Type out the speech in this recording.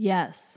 Yes